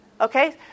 okay